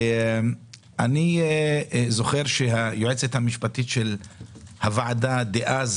אני זוכר שהיועצת המשפטית של הוועדה דאז